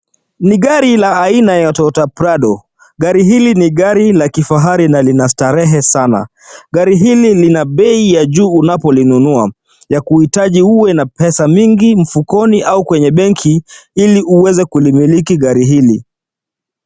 Ni gari la aina ya Toyota Prado, gari hili ni gari la kifahari na lina starehe sana. Gari hili lina bei ya juu unapolinunua, ya kuhitaji uwe na pesa mingi mfukoni au kwenye benki ili uweze kulimiliki gari hili.